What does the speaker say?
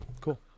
Cool